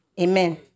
Amen